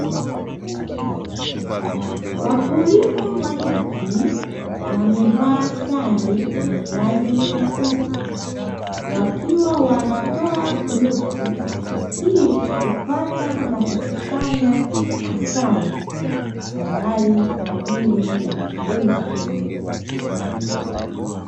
Wakulima wanyuki wamevaa sare yenye rangi nyeupe, wakiwa wanaatoa nyuki, ili kupata na kukusanya asali, tayari kwa kuuza.